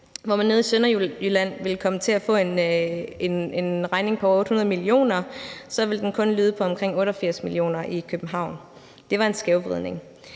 Hvor man nede i Sønderjylland vil komme til at få en regning på over 800 mio. kr., vil den kun lyde på omkring 88 mio. kr. i København. Det var en skævvridning.